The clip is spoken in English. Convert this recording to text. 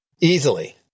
Easily